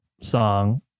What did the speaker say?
song